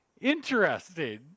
Interesting